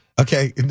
okay